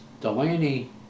Delaney